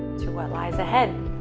to what lies ahead.